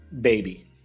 baby